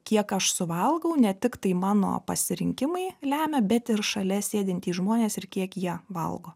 kiek aš suvalgau ne tik tai mano pasirinkimai lemia bet ir šalia sėdintys žmonės ir kiek jie valgo